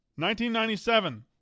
1997